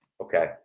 Okay